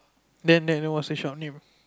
then then what's your shop name